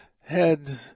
head